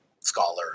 scholar